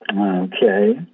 Okay